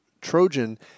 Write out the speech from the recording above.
Trojan